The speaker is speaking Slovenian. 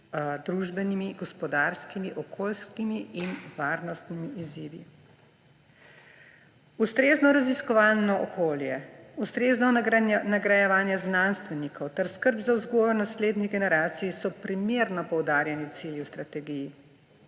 družbenimi, gospodarskimi, okoljskimi in varnostnimi izzivi. Ustrezno raziskovalno okolje, ustrezno nagrajevanje znanstvenikov ter skrb za vzgojo naslednjih generacij so primerno poudarjeni cilji v strategiji,